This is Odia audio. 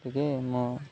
ଟିକେ ମୁଁ